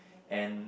and